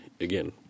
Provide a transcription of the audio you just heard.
again